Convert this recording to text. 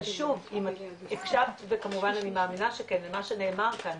אבל שוב אם הקשבת וכמובן אני מאמינה שכן למה שנאמר כאן,